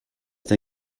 der